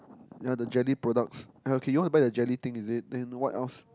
ya the jelly products okay you want to buy the jelly thing is it then what else